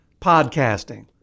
podcasting